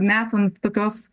nesant tokios